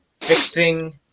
fixing